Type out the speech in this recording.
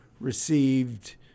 received